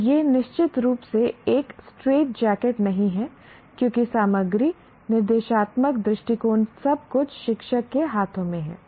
और यह निश्चित रूप से एक स्ट्रेट जैकेट नहीं है क्योंकि सामग्री निर्देशात्मक दृष्टिकोण सब कुछ शिक्षक के हाथों में है